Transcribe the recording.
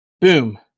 boom